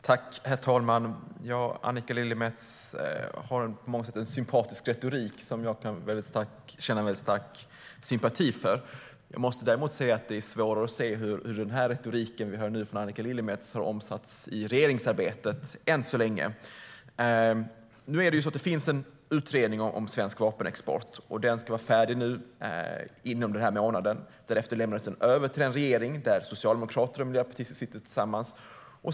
Herr talman! Annika Lillemets har på många sätt en retorik som jag kan känna stark sympati för. Jag måste däremot säga att det är svårare att se hur den retorik vi nu hör från Annika Lillemets har omsatts i regeringsarbetet än så länge. Det finns en utredning om svensk vapenexport. Den ska vara färdig nu inom denna månad. Därefter lämnas den över till en regering där socialdemokrater och miljöpartister sitter tillsammans.